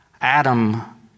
Adam